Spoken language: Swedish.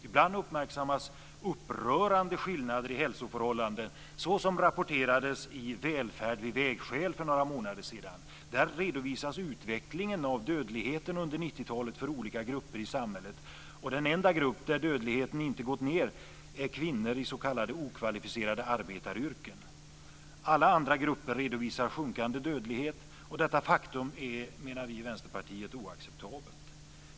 Ibland uppmärksammas upprörande skillnader i hälsoförhållanden, såsom det som rapporterades i Välfärd vid vägskäl för några månader sedan. Där redovisades utvecklingen av dödligheten under 90 talet för olika grupper i samhället. Den enda grupp där dödligheten inte gått ned är kvinnor i s.k. okvalificerade arbetaryrken. Alla andra grupper redovisar sjunkande dödlighet. Detta faktum är oacceptabelt, menar vi i Vänsterpartiet.